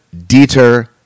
Dieter